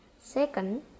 Second